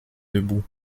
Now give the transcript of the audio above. debout